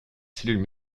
cellules